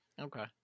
Okay